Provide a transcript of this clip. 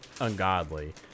ungodly